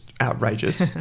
outrageous